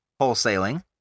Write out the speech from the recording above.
wholesaling